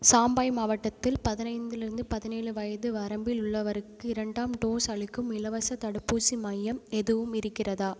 சாம்பாயி மாவட்டத்தில் பதினைந்திலிருந்து பதினேழு வயது வரம்பில் உள்ளவருக்கு இரண்டாம் டோஸ் அளிக்கும் இலவசத் தடுப்பூசி மையம் எதுவும் இருக்கிறதா